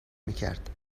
میکرد